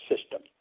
system